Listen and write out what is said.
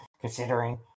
considering